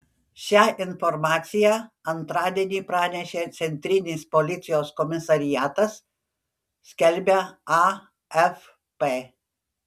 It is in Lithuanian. šią informaciją antradienį pranešė centrinis policijos komisariatas skelbia afp